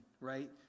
right